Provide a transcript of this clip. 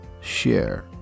share